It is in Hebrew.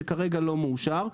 שכרגע לא מאושר,